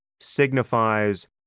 signifies